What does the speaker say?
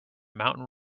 mountain